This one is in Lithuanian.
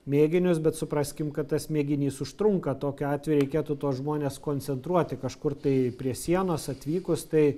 mėginius bet supraskim kad tas mėginys užtrunka tokiu atveju reikėtų tuos žmones koncentruoti kažkur tai prie sienos atvykus tai